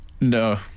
No